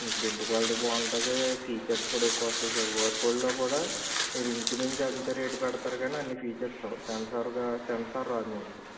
మీకు build quality బాగుంటుంది features కూడా ఎక్కువ వస్తుంది సార్ వర్ల్పూల్లో కూడా మీరు ఇంచుమించు అంతే రేటు పెడతారు కానీ అన్నీ ఫీచర్స్ రావు సెన్సార్ ద్వా సెన్సార్ రాదు మీకు